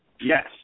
Yes